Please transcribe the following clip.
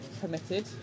permitted